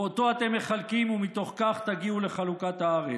אותו אתם מחלקים, ומתוך כך תגיעו לחלוקת הארץ.